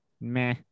meh